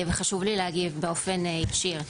וחשוב לי להגיד באופן ישיר.